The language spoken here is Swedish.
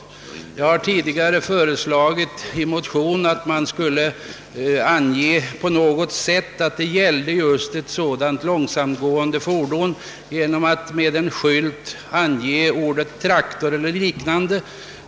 Jag har tidigare i en motion föreslagit att traktor med släpvagn skulle förses med en skylt med ordet TRAKTOR eller liknande som visade att det gäller ett sådant långsamtgående fordon.